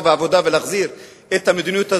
והעבודה ולהחזיר את המדיניות הזאת,